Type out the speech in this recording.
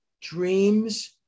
dreams